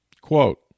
Quote